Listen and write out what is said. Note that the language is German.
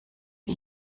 wie